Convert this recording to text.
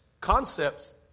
concepts